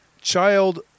Child